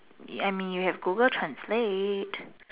I mean you have Google translate